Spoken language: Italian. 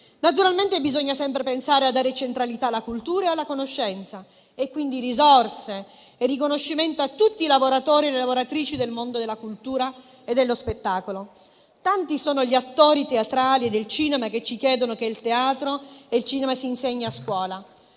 Naturalmente, bisogna sempre pensare a dare centralità alla cultura e alla conoscenza e, quindi, risorse e riconoscimento a tutti i lavoratori e le lavoratrici del mondo della cultura e dello spettacolo. Tanti sono gli attori teatrali del cinema che ci chiedono che il teatro e il cinema si insegnino a scuola.